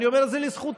ואני אומר את זה לזכותם,